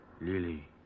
Lily